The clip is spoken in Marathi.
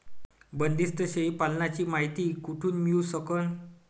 बंदीस्त शेळी पालनाची मायती कुठून मिळू सकन?